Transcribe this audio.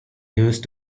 used